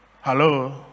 Hello